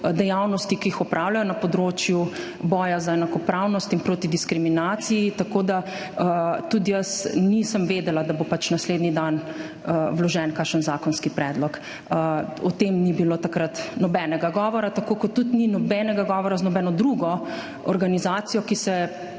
dejavnosti, ki jih opravljajo na področju boja za enakopravnost in proti diskriminaciji, tako da tudi jaz nisem vedela, da bo naslednji dan vložen kakšen zakonski predlog. O tem ni bilo takrat nobenega govora, tako kot tudi ni nobenega govora z nobeno drugo organizacijo, ki